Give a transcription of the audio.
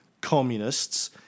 communists